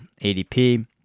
ADP